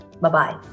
Bye-bye